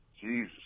Jesus